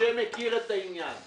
משה מכיר את העניין.